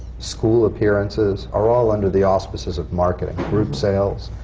school appearances, are all under the auspices of marketing. group sales,